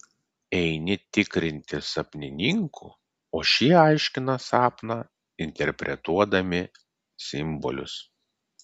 eini tikrinti sapnininkų o šie aiškina sapną interpretuodami simbolius